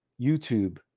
youtube